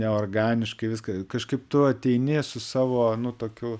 neorganiškai viską kažkaip tu ateini su savo nu tokiu